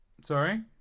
Sorry